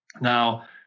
Now